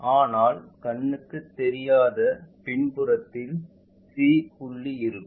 ஆனால் கண்ணுக்கு தெரியாத பின்புறத்தில் c புள்ளி இருக்கும்